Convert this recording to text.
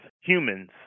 humans